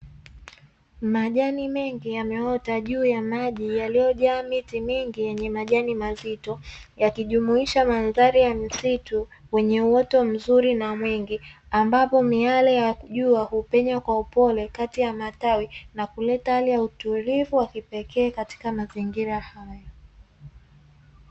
Majani mengi yameota juu ya maji yaliyo jaa miti mingi yenye majani mazito yakijumuisha madhari ya msitu wenye uoto mzuri na mwingi ambapo miale ya jua hupenya kwa upole kati ya matawi na kuleta hali ya utulivu wa kipekee katika mazingira hayo.